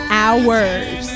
hours